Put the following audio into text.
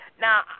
now